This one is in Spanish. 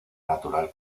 natural